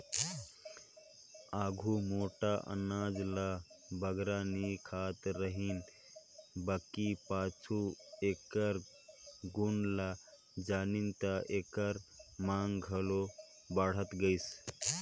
आघु मोट अनाज ल बगरा नी खात रहिन बकि पाछू एकर गुन ल जानिन ता एकर मांग घलो बढ़त गइस